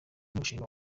umushinga